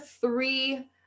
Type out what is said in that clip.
three